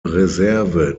reserve